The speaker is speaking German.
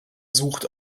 sucht